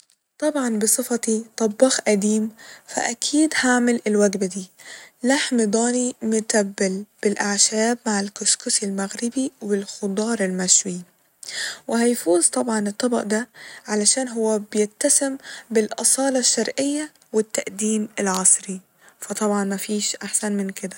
طبعا بصفتي طباخ قديم فأكيد هعمل الوجبة دي ، لحم ضاني متبل بالأعشاب مع الكسكسي المغربي والخضار المشوي ، وهيفوز طبعا الطبق ده علشان هو بيتسم بالأصالة الشرقية والتقديم العصري فطبعا مفيش أحسن من كده